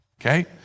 Okay